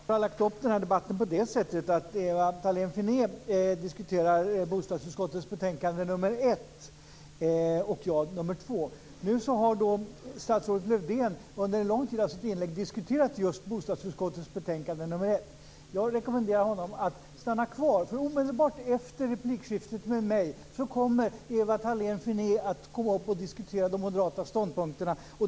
Fru talman! Vi moderater har lagt upp denna debatt på det sättet att Ewa Thalén Finné diskuterar bostadsutskottets betänkande nr 1 och jag nr 2. Statsrådet Lövdén har under en lång tid av sitt inlägg diskuterat just bostadsutskottets betänkande nr 1. Jag rekommenderar honom att stanna kvar, för omedelbart efter replikskiftet med mig kommer Ewa Thalén Finné att gå upp och diskutera de moderata ståndpunkterna.